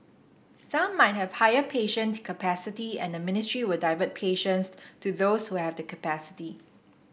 some might have higher patient capacity and ministry will divert patients to those we have the capacity